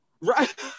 Right